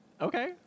Okay